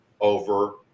over